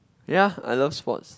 ya I love sports